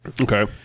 Okay